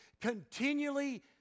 continually